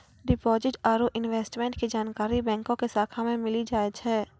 deposit आरू investment के जानकारी बैंको के शाखा मे मिली जाय छै